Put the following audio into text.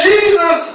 Jesus